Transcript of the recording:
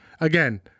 again